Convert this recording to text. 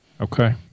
Okay